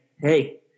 hey